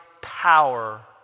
power